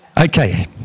Okay